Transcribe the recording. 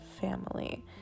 family